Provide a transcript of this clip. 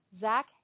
Zach